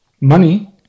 money